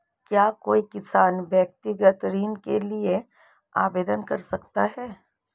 क्या कोई किसान व्यक्तिगत ऋण के लिए आवेदन कर सकता है?